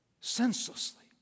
senselessly